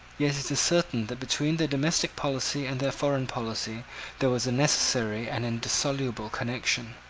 yet it is certain that between their domestic policy and their foreign policy there was a necessary and indissoluble connection.